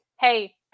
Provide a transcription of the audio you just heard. Hey